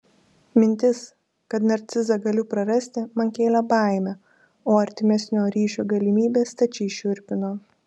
mintis kad narcizą galiu prarasti man kėlė baimę o artimesnio ryšio galimybė stačiai šiurpino